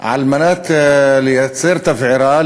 כדי לייצר תבערה,